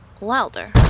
louder